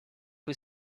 who